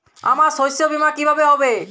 আমার শস্য বীমা কিভাবে হবে?